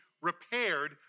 repaired